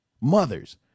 Mothers